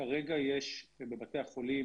יש בבתי החולים